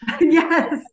yes